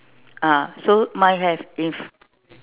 ah so mine have in